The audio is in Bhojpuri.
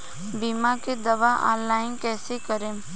बीमा के दावा ऑनलाइन कैसे करेम?